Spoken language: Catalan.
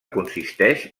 consisteix